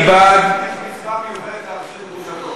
אני בעד, יש מצווה מיוחדת, להחזיר גרושתו.